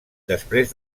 després